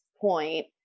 point